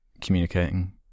communicating